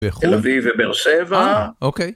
תל אביב ובאר שבע. אוקיי.